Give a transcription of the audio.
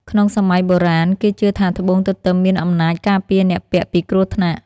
ក្នុងសម័យបុរាណ គេជឿថាត្បូងទទឹមមានអំណាចការពារអ្នកពាក់ពីគ្រោះថ្នាក់។